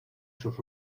sus